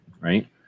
right